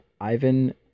Ivan